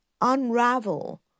unravel